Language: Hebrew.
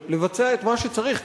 לבצע את מה שצריך?